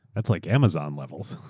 that's like amazon levels.